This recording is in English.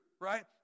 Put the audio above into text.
right